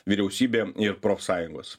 vyriausybė ir profsąjungos